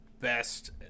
best